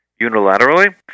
unilaterally